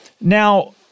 Now